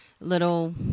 Little